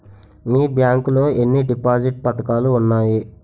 మీ bank లో ఎన్ని deposit పథకాలు ఉన్నాయి?